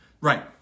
Right